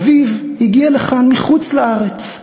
אביו הגיע לכאן מחוץ-לארץ,